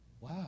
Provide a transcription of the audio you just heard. wow